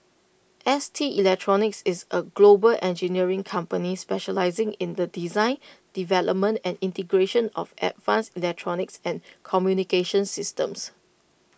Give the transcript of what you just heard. S T electronics is A global engineering company specialising in the design development and integration of advanced electronics and communications systems